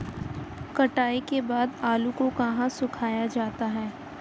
कटाई के बाद आलू को कहाँ सुखाया जाता है?